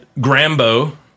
Grambo